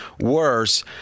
worse